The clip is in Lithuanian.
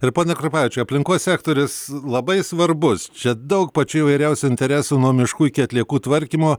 ir pone krupavičiau aplinkos sektorius labai svarbus čia daug pačių įvairiausių interesų nuo miškų iki atliekų tvarkymo